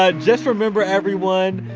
ah just remember, everyone,